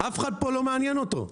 אף אחד פה לא מעניין אותו,